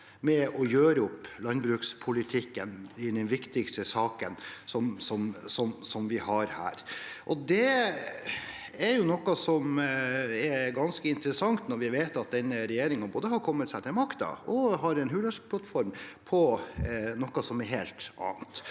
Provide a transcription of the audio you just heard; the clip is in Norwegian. for å gjøre opp landbrukspolitikken, i den viktigste saken som vi har her. Det er ganske interessant når vi vet at denne regjeringen både har kommet seg til makten og har en Hurdalsplattform på noe helt annet.